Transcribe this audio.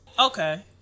Okay